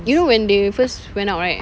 you know when they first went out right